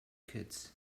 kids